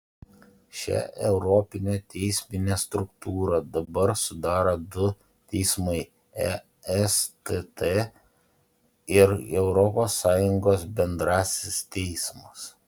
šią europinę teisminę struktūrą dabar sudaro du teismai estt ir europos sąjungos bendrasis teismas